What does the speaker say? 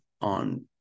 on